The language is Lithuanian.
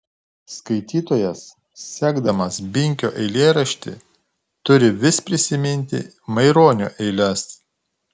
skaitytojas sekdamas binkio eilėraštį turi vis prisiminti maironio eiles